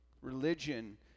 Religion